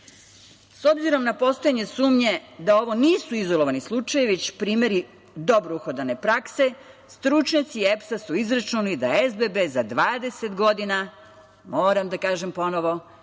obzirom na poslednje sumnje da ovo nisu izolovani slučajevi, već primeri dobro uhodane prakse, stručnjaci EPS-a su izračunali da je SBB za dvadeset godina, moram da kažem ponovo,